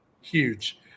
huge